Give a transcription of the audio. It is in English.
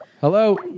Hello